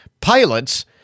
pilots